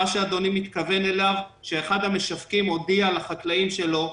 אדוני מתכוון לכך שאחד המשווקים הודיע לחקלאים שלו: